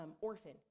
orphan